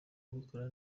abikora